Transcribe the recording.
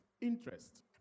Interest